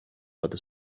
other